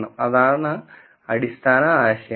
അതിനാൽ അതാണ് അടിസ്ഥാന ആശയം